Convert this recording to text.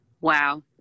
Wow